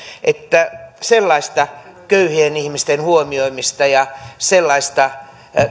sellaista köyhien ihmisten huomioimista ja sellaista